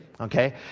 okay